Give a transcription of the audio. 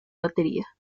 batería